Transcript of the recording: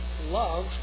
love